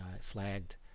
flagged